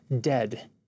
dead